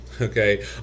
okay